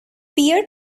peer